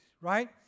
right